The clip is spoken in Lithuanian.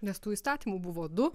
nes tų įstatymų buvo du